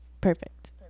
Perfect